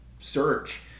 search